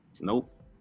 Nope